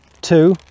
two